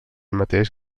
mateix